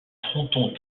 fronton